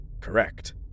Correct